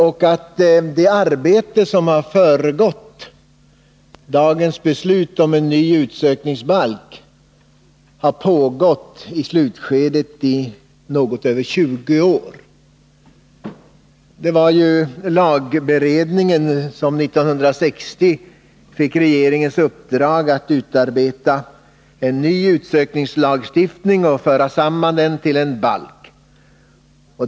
Och det arbete som föregått dagens beslut om en ny utsökningsbalk har i sitt slutskede pågått i något över 20 år — det är också ovanligt. Det var lagberedningen som år 1960 fick regeringens uppdrag att utarbeta en ny utsökningslagstiftning och att föra samman de olika delarna till en balk.